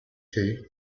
too